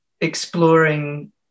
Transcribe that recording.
exploring